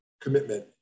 commitment